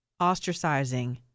ostracizing